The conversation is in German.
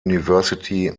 university